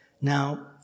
Now